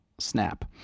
Snap